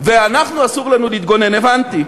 ואנחנו, אסור לנו להתגונן, הבנתי.